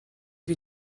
you